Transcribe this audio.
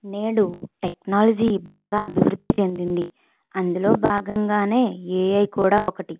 నేడు టెక్నాలజీ బాగా అభివృద్ధి చెందింది అందులో భాగంగా ఏఐ కూడా ఒకటి